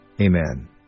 Amen